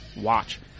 watch